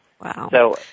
Wow